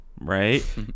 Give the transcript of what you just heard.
right